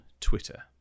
Twitter